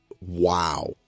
wow